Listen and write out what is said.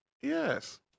yes